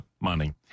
money